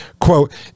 quote